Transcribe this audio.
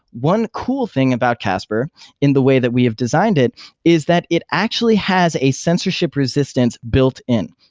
one cool thing about casper in the way that we have designed it is that it actually has a censorship resistance built in.